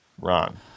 Ron